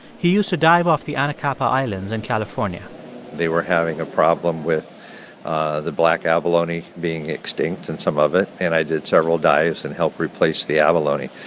he used to dive off the anacapa islands in california they were having a problem with ah the black abalone being extinct in and some of it. and i did several dives and helped replace the abalone.